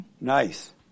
Nice